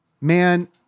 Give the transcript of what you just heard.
Man